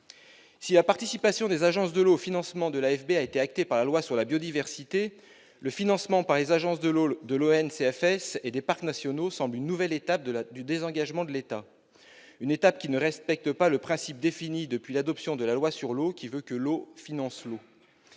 Si la participation des agences de l'eau au financement de l'AFB a été actée par la loi sur la biodiversité, le financement de l'ONCFS et des parcs nationaux semble être une nouvelle étape dans le désengagement de l'État. Une étape qui ne respecte pas le principe défini depuis l'adoption de la loi sur l'eau de 1964, qui veut que « l'eau finance l'eau